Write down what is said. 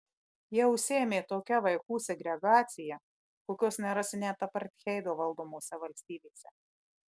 jie užsiėmė tokia vaikų segregacija kokios nerasi net apartheido valdomose valstybėse